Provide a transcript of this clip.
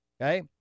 Okay